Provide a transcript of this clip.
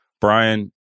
Brian